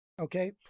okay